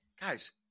guys